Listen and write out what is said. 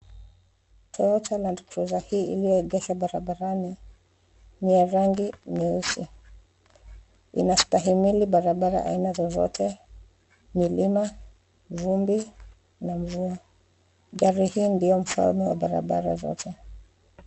Toyota Land Cruiser hii imeegeshwa barabarani ni ya rangi nyeusi, inastahimili barabara aina zozote, milima, vumbi na mvua. Gari hii ndiyo mfano wa barabara zote.